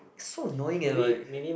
so annoying eh like